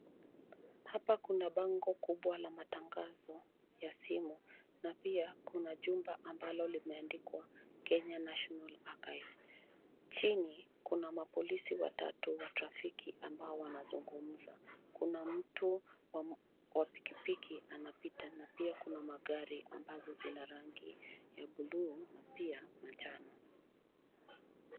Hapa kuna bango kubwa la matangazo ya simu na pia kuna jumba ambalo limeandikwa Kenya National Archives. Chini, kuna mapolisi watatu wa trafiki ambao wanazungumza. Kuna mtu wa pikipiki anapita na pia kuna magari ambazo zina rangi ya bluu na pia manjano.